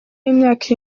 y’imyaka